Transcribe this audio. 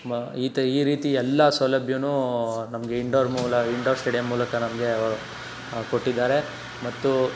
ಈ ರೀತಿ ಎಲ್ಲ ಸೌಲಭ್ಯನೂ ನಮಗೆ ಇಂಡೋರ್ ಮೂಲ ಇಂಡೋರ್ ಶ್ಟೇಡಿಯಂ ಮೂಲಕ ನಮಗೆ ಕೊಟ್ಟಿದ್ದಾರೆ ಮತ್ತು